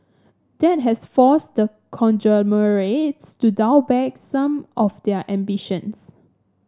that has forced the conglomerates to dial back some of their ambitions